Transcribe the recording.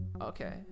Okay